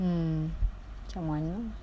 mm macam mana